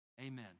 amen